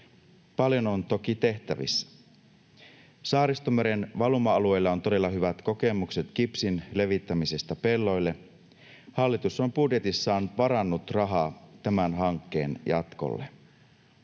Paljon on toki tehtävissä. Saaristomeren valuma-alueella on todella hyvät kokemukset kipsin levittämisestä pelloille. Hallitus on budjetissaan varannut rahaa tämän hankkeen jatkolle.